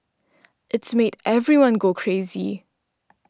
it's made everyone go crazy